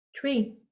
three